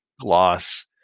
gloss